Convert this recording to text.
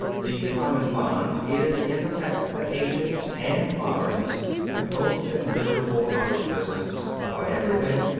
the common bond is in the fact that ancients and moderns have both been miserable about existence, about everything,